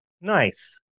Nice